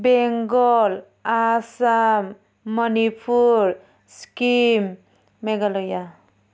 Bengal Assam Manipur Sikkim Meghalaya